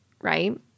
right